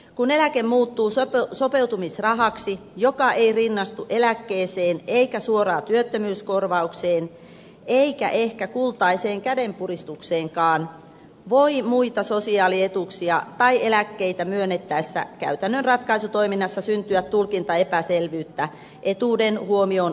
kun eläke muuttuu sopeutumisrahaksi joka ei rinnastu eläkkeeseen eikä suoraan työttömyyskorvaukseen eikä ehkä kultaiseen kädenpuristukseenkaan voi muita sosiaalietuuksia tai eläkkeitä myönnettäessä käytännön ratkaisutoiminnassa syntyä tulkintaepäselvyyttä etuuden huomioon ottamisesta